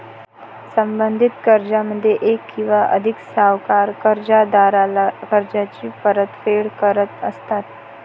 संबंधित कर्जामध्ये एक किंवा अधिक सावकार कर्जदाराला कर्जाची परतफेड करत असतात